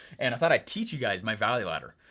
and i thought i'd teach you guys my value ladder.